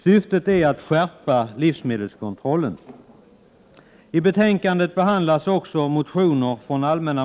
Syftet är att skärpa livsmedelskontrollen.